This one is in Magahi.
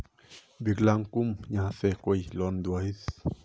विकलांग कहुम यहाँ से कोई लोन दोहिस?